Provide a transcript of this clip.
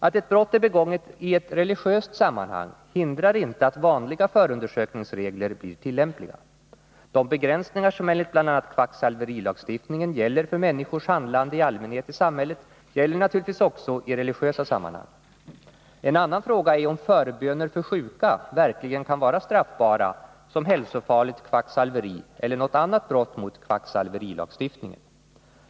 Att ett brott är begånget i ett religiöst sammanhang hindrar inte att vanliga förundersökningsregler blir tillämpliga. De begränsningar som enligt bl.a. kvacksalverilagstiftningen gäller för människors handlande i allmänhet i samhället gäller naturligtvis också i religiösa sammanhang. En annan fråga är om förböner för sjuka verkligen kan vara straffbara som hälsofarligt kvacksalveri eller något annat brott mot kvacksalverilagstiftningen.